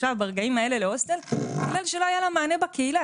ברגעים האלו להוסטל בגלל שלא היה מענה בקהילה.